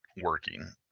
working